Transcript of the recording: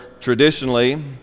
traditionally